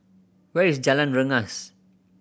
where is Jalan Rengas